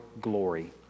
glory